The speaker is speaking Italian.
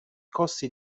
costi